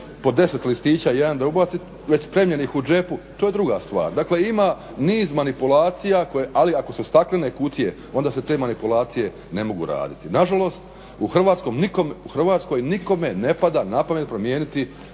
po 10 listića jedan da ubaci već spremljenih u džepu. To je druga stvar. Dakle, ima niz manipulacija, ali ako su staklene kutije onda se te manipulacije ne mogu raditi. Nažalost, u Hrvatskoj nikome ne pada na pamet promijeniti